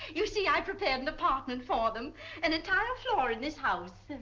you see, i prepared an apartment for them an entire floor in this house.